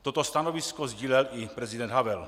Toto stanovisko sdílel i prezident Havel.